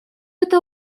это